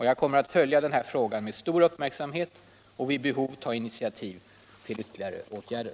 Jag kommer att följa denna fråga med stor uppmärksamhet och vid behov initiera ytterligare åtgärder.